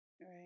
Right